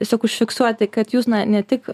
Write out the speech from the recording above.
tiesiog užfiksuoti kad jūs na ne tik